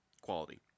quality